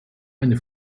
eine